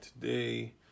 today